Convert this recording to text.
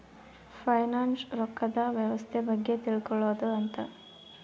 finance ರೊಕ್ಕದ್ ವ್ಯವಸ್ತೆ ಬಗ್ಗೆ ತಿಳ್ಕೊಳೋದು ಅಂತ